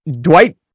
Dwight